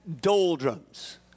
Doldrums